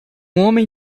homem